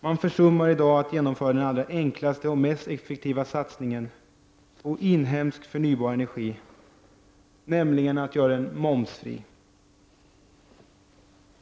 Man försummar i dag att genomföra den allra enklaste och mest effektiva satsningen på inhemsk förnybar energi, nämligen att göra den momsbefriad.